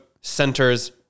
centers